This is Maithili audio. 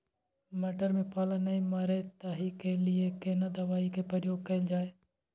मटर में पाला नैय मरे ताहि के लिए केना दवाई के प्रयोग कैल जाए?